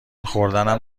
خوردنم